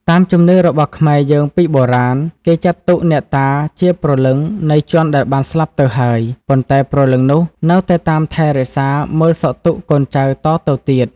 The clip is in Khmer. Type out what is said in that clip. តាមជំនឿរបស់ខ្មែរយើងពីបុរាណ គេចាត់ទុកអ្នកតាជាព្រលឹងនៃជនដែលបានស្លាប់ទៅហើយ ប៉ុន្តែព្រលឹងនោះនៅតែតាមថែរក្សាមើលសុខទុក្ខកូនចៅតទៅទៀត។